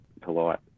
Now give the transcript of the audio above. polite